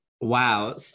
Wow